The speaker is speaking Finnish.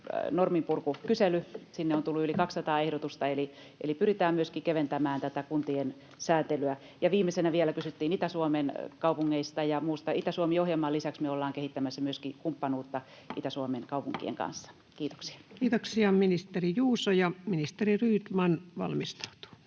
norminpurkukysely, sinne on tullut yli 200 ehdotusta, eli pyritään myöskin keventämään tätä kuntien sääntelyä. Ja viimeisenä vielä kysyttiin Itä-Suomen kaupungeista ja muusta. Itä-Suomi-ohjelman lisäksi me ollaan kehittämässä kumppanuutta Itä-Suomen kaupunkien kanssa. — Kiitoksia. Kiitoksia. — Ministeri Juuso, ja ministeri Rydman valmistautuu.